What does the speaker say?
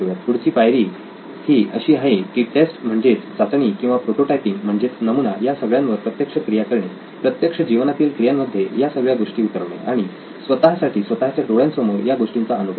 पुढची पायरी ही अशी आहे की टेस्ट म्हणजेच चाचणी किंवा प्रोटोटायपिंग म्हणजेच नमुना या सगळ्यांवर प्रत्यक्ष क्रिया करणे प्रत्यक्ष जीवनातील क्रियांमध्ये या सगळ्या गोष्टी उतरवणे आणि स्वतःसाठी स्वतःच्या डोळ्यांसमोर या गोष्टींचा अनुभव घेणे